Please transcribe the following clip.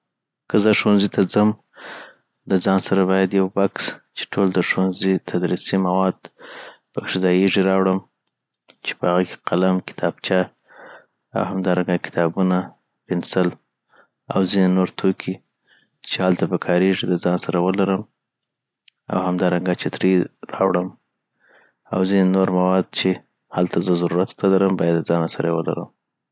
که زه ښونځی ته ځم دځان سره باید یو بکس چي ټول د ښونځی تدریسی مواد پکښی ځایږی راوړم چی په هغه کی قلم، کتابچه، او همدارنګه کتابونه ، پنسل ،او ځینی نور توکي چی هلته پکاريږی دځان سره ولرم او همدارنګه چتري راوړم او ځینی نور مواد چی چی هلته زه ضرورت ورته لرم باید ځان سره یی ولرم